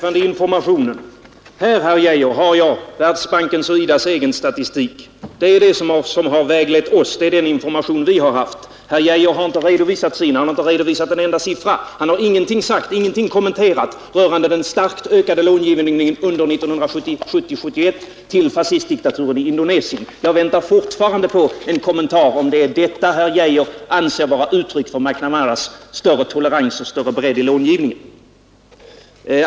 Herr talman! Här har jag, herr Arne Geijer, Världsbankens och IDA :s egen statistik. Det är den information som har väglett oss. Herr Geijer har inte redovisat sin. Han har inte anfört en enda siffra. Han har ingen kommentar att göra rörande den starkt ökade långivningen under 1970/71 till fascistdiktaturen i Indonesien. Jag väntar fortfarande på ett besked, om det är detta herr Geijer anser vara uttryck för McNamaras större tolerans och den större bredden i långivningen.